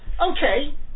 okay